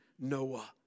Noah